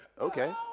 Okay